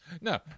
No